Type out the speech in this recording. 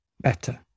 better